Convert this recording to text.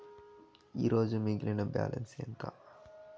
ఈరోజు మిగిలిన బ్యాలెన్స్ ఎంత?